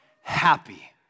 happy